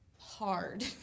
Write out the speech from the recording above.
hard